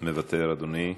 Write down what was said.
מוותר, אדוני.